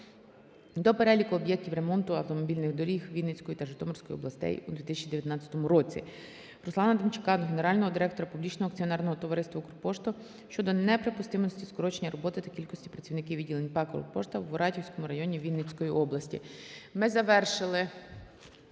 до переліку об'єктів ремонту автомобільних доріг Вінницької та Житомирської областей у 2019 році. Руслана Демчака до Генерального директора Публічного акціонерного товариства "Укрпошта" щодо неприпустимості скорочення роботи та кількості працівників відділень ПАТ "Укрпошта" в Оратівському районі Вінницької області. Ми завершили